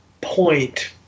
point